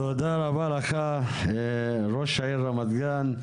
תודה רבה לך, ראש עיריית רמת גן,